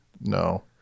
No